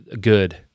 good